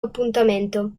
appuntamento